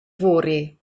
fory